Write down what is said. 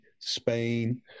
Spain